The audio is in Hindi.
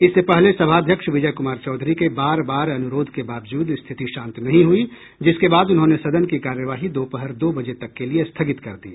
इससे पहले सभा अध्यक्ष विजय कुमार चौधरी के बार बार अनुरोध के बावजूद स्थिति शांत नहीं हुई जिसके बाद उन्होंने सदन की कार्यवाही दोपहर दो बजे तक के लिए स्थगित कर दी